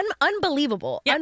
unbelievable